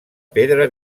pedra